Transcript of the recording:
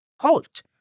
Halt